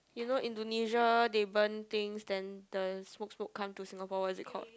you know Indonesia they burn things then the smoke smoke come to Singapore what is is called